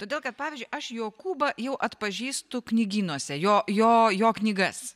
todėl kad pavyzdžiui aš jokūbą jau atpažįstu knygynuose jo jo jo knygas